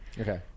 Okay